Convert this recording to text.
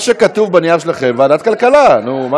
מה שכתוב בנייר שלכם, ועדת הכלכלה.